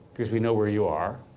because we know where you are,